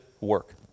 work